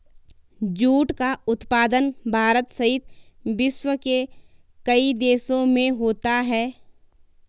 jute का उत्पादन भारत सहित विश्व के कई देशों में होता है